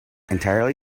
entirely